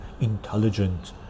Intelligent